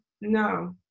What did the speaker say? No